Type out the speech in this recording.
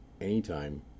anytime